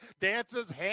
dances